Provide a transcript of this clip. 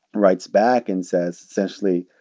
writes back and says essentially,